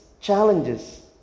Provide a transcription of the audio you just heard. challenges